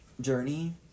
journey